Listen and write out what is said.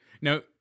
Now